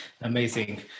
Amazing